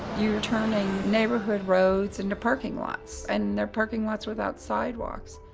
you're turning neighborhood roads into parking lots. and they're parking lots without sidewalks.